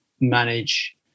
manage